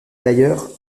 d’ailleurs